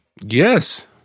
Yes